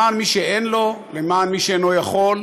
למען מי שאין לו, למען מי שאינו יכול,